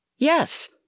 Yes